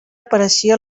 apareixia